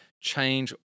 change